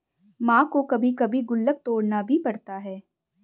मां को कभी कभी गुल्लक तोड़ना भी पड़ता है